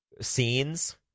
scenes